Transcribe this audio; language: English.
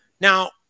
Now